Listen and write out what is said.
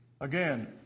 Again